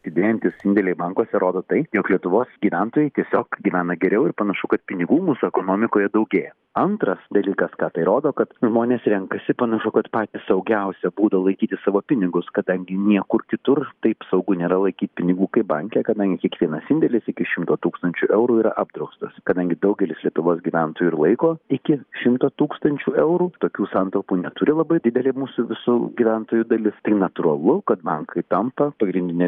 didėjantys indėliai bankuose rodo tai jog lietuvos gyventojai tiesiog gyvena geriau ir panašu kad pinigų mūsų ekonomikoje daugėja antras dalykas ką tai rodo kad žmonės renkasi panašu kad patį saugiausią būdą laikyti savo pinigus kadangi niekur kitur taip saugu nėra laikyt pinigų kaip banke kadangi kiekvienas indėlis iki šimto tūkstančių eurų yra apdraustas kadangi daugelis lietuvos gyventojų ir laiko iki šimto tūkstančių eurų tokių santaupų neturi labai didelė mūsų visų gyventojų dalis tai natūralu kad bankai tampa pagrindine